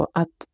att